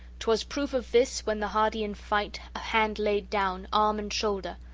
twas proof of this, when the hardy-in-fight a hand laid down, arm and shoulder,